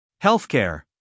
Healthcare